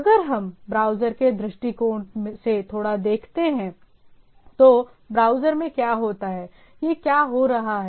अगर हम ब्राउज़र के दृष्टिकोण से थोड़ा देखते हैं तो ब्राउज़र में क्या होता है यह क्या हो रहा है